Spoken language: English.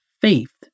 faith